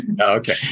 Okay